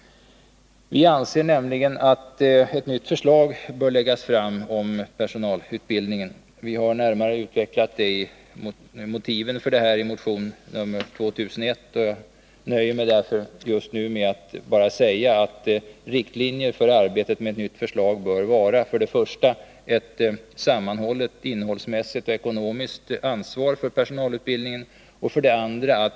Vi anser nämligen att ett nytt förslag om personalutbildningen bör läggas fram. Vi har närmare utvecklat motiven för detta i motion 2001. Jag nöjer mig därför just nu med att bara säga att riktlinjerna för arbetet med ett nytt förslag bör vara: 2.